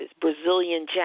Brazilian